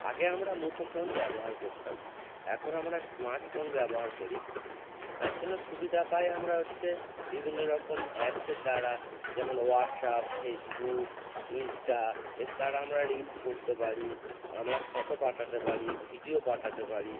আগে আমরা মুঠো ফোন ব্যবহার করতাম এখন আমরা স্মার্ট ফোন ব্যবহার করি তার জন্য সুবিধা পাই আমরা হচ্ছে বিভিন্ন রকম অ্যাপসের দ্বারা যেমন হোয়াটসঅ্যাপ ফেসবুক ইনস্টা এর দ্বারা আমরা রিলস করতে পারি আমরা ফটো পাঠাতে পারি ভিডিও পাঠাতে পারি